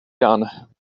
done